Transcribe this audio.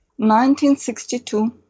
1962